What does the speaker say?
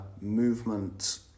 movement